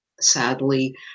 sadly